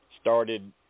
started